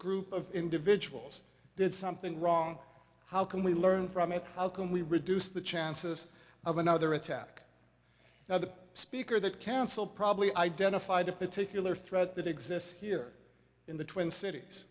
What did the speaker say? group of individuals did something wrong how can we learn from it how can we reduce the chances of another attack now the speaker the council probably identified a particular threat that exists here in the twin cities